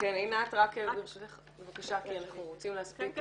עינת ברשותך בבקשה, כי אנחנו רוצים להספיק.